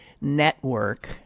network